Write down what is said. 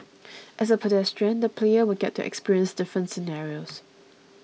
as a pedestrian the player will get to experience different scenarios